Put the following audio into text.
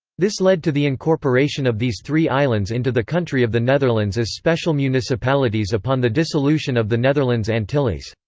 this led to the incorporation of these three islands into the country of the netherlands as special municipalities upon the dissolution of the netherlands antilles.